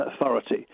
Authority